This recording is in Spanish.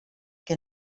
que